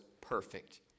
perfect